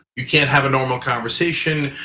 you can't have a normal conversation.